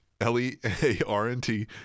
L-E-A-R-N-T